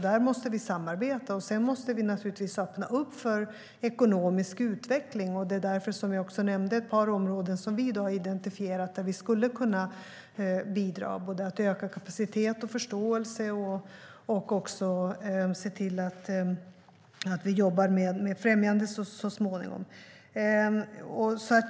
Där måste vi samarbeta. Sedan måste vi öppna för ekonomisk utveckling. Det var därför som jag också nämnde ett par områden som vi i dag har identifierat där vi skulle kunna bidra. Det handlar om att både öka kapacitet och förståelse och se till att vi jobbar med främjande så småningom.